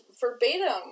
Verbatim